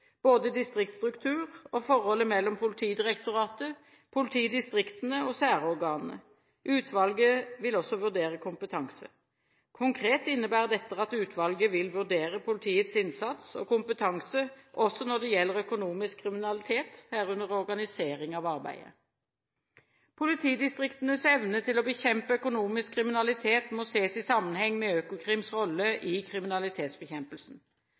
både distriktsstrukturer og forholdet mellom Politidirektoratet, politidistriktene og særorganene. Utvalget vil også vurdere kompetanse. Konkret innebærer dette at utvalget vil vurdere politiets innsats og kompetanse også når det gjelder økonomisk kriminalitet, herunder organisering av arbeidet. Politidistriktenes evne til å bekjempe økonomisk kriminalitet må ses i sammenheng med Økokrims rolle i kriminalitetsbekjempelsen.